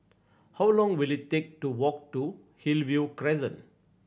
how long will it take to walk to Hillview Crescent